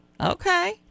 okay